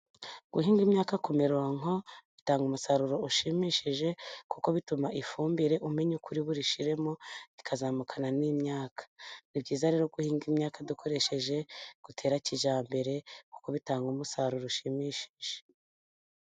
Guhinga imyaka ku mirongo bitanga umusaruro ushimishije, kuko bituma ifumbire umenya uko uri burishyiremo rikazamukana n'imyaka, ni byiza rero guhinga imyaka dukoresheje gutera kijyambere, kuko bitanga umusaruro ushimishije.